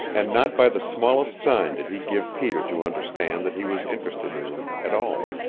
and not by the smallest sign did he give peter to understand that he was interested in him at all.